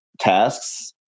tasks